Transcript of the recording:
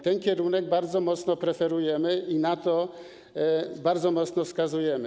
Ten kierunek bardzo mocno preferujemy i na to bardzo mocno wskazujemy.